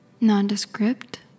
nondescript